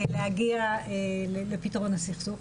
להגיע לפתרון הסכסוך,